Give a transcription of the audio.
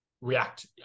react